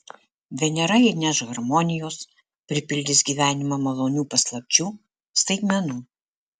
venera įneš harmonijos pripildys gyvenimą malonių paslapčių staigmenų